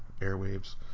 airwaves